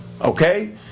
okay